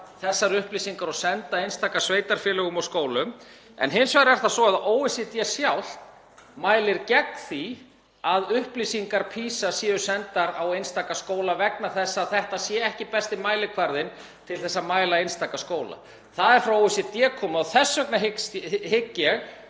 þessar upplýsingar og senda einstaka sveitarfélögum og skólum. En hins vegar er það svo að OECD sjálft mælir gegn því að upplýsingar PISA séu sendar á einstakra skóla vegna þess að þetta sé ekki besti mælikvarðinn til þess að mæla einstaka skóla. Það er frá OECD komið og þess vegna hygg